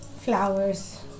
Flowers